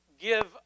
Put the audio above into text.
give